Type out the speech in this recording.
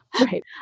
Right